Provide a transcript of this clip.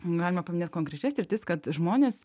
galima paminėt konkrečias sritis kad žmonės